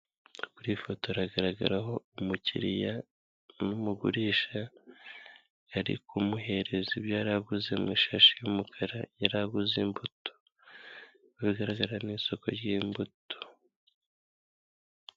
Kuri iyi foto haragaragaraho umukiriya n'umugurisha, ari kumuhereza ibyo yari aguze mu ishashi y'umukara, yari aguze imbuto, ukobigaragara ni isoko ry'imbuto.